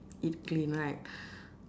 eat clean right